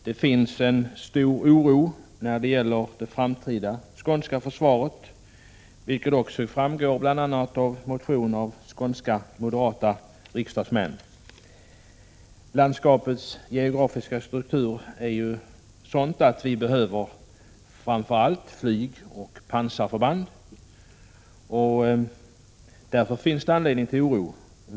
Det finns en stor oro när det gäller det framtida försvaret av Skåne, vilket också framgår bl.a. av en motion från skånska moderata riksdagsmän. Landskapets geografiska struktur är sådan att vi framför allt behöver flygoch pansarförband. Det finns därför anledning till oro.